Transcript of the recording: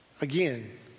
Again